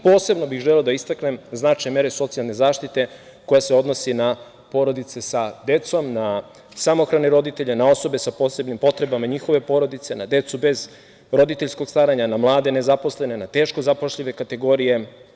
Posebno bih želeo da istaknem značaj mere socijalne zaštite, koja se odnosi na porodice sa decom, na samohrane roditelje, na osobe sa posebnim potrebama, na njihove porodice, na decu bez roditeljskog staranja, na mlade nezaposlene, na teško zapošljive kategorije.